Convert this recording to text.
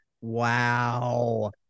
Wow